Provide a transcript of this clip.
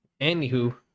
Anywho